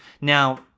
Now